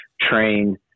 train